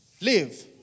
live